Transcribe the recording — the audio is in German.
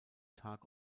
tag